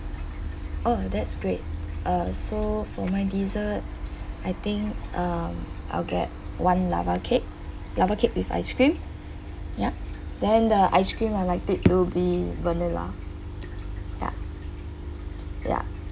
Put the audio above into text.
oh that's great uh so for my dessert I think um I'll get one lava cake lava cake with ice cream ya then the ice cream I like it to be vanilla ya ya